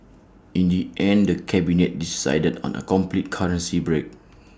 in the end the cabinet decided on A complete currency break